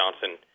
Johnson